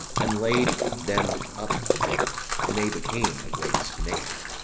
and laid them up there and they became a great snare.